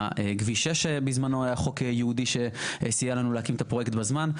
כביש 6 בזמנו היה חוק ייעודי שסייע לנו להקים את הפרויקט בזמן.